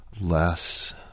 less